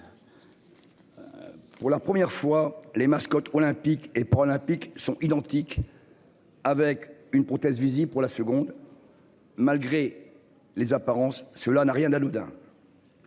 Pour la première fois les mascottes olympiques et pro-olympiques sont identiques. Avec une prothèse visible pour la seconde. Malgré les apparences, cela n'a rien à Loudun.